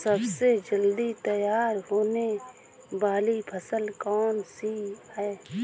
सबसे जल्दी तैयार होने वाली फसल कौन सी है?